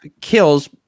kills